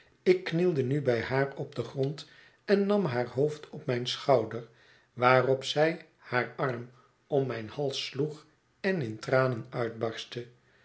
ik knielde nu bij haar op den grond en nam haar hoofd op mijn schouder waarop zij haar arm om mijn hals sloeg en in tranen uitbarstte